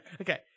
Okay